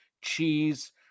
cheese